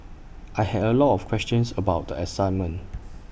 I had A lot of questions about the assignment